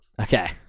Okay